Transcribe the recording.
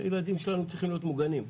שהילדים שלנו צריכים להיות מוגנים.